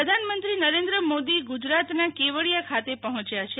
આરોગ્ય વન પ્રધાનમંત્રી નરેન્દ્ર મોદી ગુજરાતના કેવડિયા ખાતે પહોંચ્યા છે